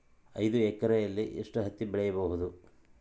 ಐದು ಎಕರೆಯಲ್ಲಿ ಎಷ್ಟು ಹತ್ತಿ ಬೆಳೆಯಬಹುದು?